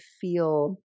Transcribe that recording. feel